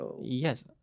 Yes